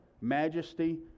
majesty